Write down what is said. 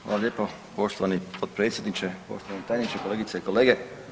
Hvala lijepa poštovani potpredsjedniče, poštovani tajniče, kolegice i kolege.